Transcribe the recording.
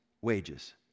wages